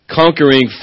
conquering